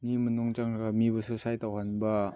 ꯃꯤ ꯃꯅꯨꯡ ꯆꯪꯈ꯭ꯔꯒ ꯃꯤꯕꯨ ꯁꯨꯁꯥꯏꯠ ꯇꯧꯍꯟꯕ